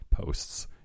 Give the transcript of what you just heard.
posts